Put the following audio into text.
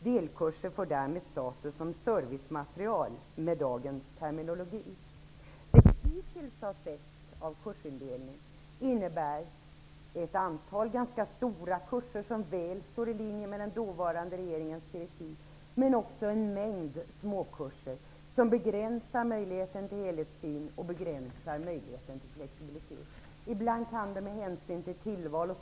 Delkurser får därmed status som servicematerial med dagens terminologi. Det vi hittills har sett av kursindelning innebär ett antal ganska stora kuser som väl står i linje med den dåvarande regeringens direktiv, men också en mängd småkurser som begränsar möjligheten till helhetssyn och begränsar möjligheten till flexibilitet. Ibland kan det med hänsyn till tillval etc.